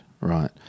right